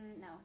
no